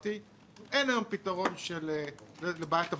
תחבורתי ואין היום פתרון לבעיית הבריאות,